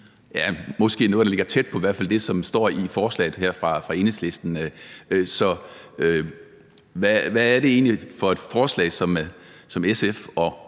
sige noget, der måske ligger tæt på det, som står i forslaget her fra Enhedslisten. Så hvad er det egentlig for et forslag, som SF og